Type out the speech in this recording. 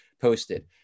posted